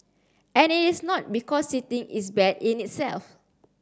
and it is not because sitting is bad in itself